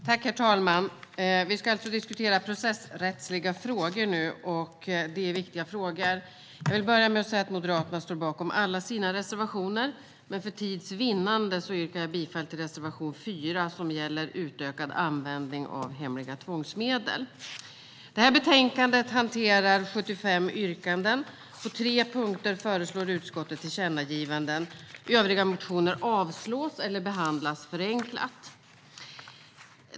Herr talman! Vi ska nu diskutera processrättsliga frågor. Det är viktiga frågor. Jag vill börja med att säga att vi i Moderaterna står bakom alla våra reservationer, men för tids vinnande yrkar jag bifall endast till reservation 4 som gäller utökad användning av hemliga tvångsmedel. I detta betänkande hanteras 75 yrkanden. På tre punkter föreslår utskottet tillkännagivanden. Övriga motioner avstyrks eller behandlas förenklat.